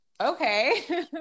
okay